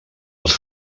els